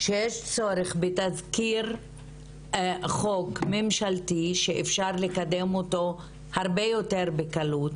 שיש צורך בתזכיר חוק ממשלתי שאפשר לקדם אותו הרבה יותר בקלות,